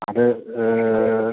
അത്